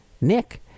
Nick